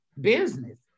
business